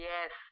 Yes